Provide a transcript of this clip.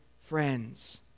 friends